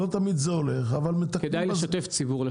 לא תמיד זה הולך אבל אם מתקנים -- צריך לשתף את הציבור.